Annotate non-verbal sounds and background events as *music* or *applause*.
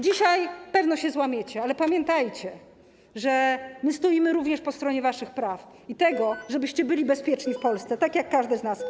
Dzisiaj pewnie się złamiecie, ale pamiętajcie, że my stoimy również po stronie waszych praw i tego, *noise* żebyście byli bezpieczni w Polsce, tak jak każdy z nas.